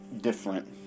different